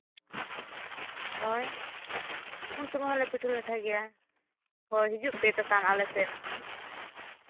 ᱦᱳᱭ ᱩᱱ ᱥᱚᱢᱚᱭ ᱦᱚᱸᱞᱮ ᱯᱤᱴᱷᱟᱹᱼᱞᱟᱴᱷᱟᱭ ᱜᱮᱭᱟ ᱦᱳᱭ ᱦᱤᱡᱩᱜ ᱯᱮ ᱛᱚᱠᱷᱟᱱ ᱟᱞᱮ ᱥᱮᱫ